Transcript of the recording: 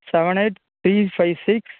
seven eight three five six